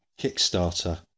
Kickstarter